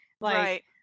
Right